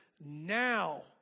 now